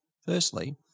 Firstly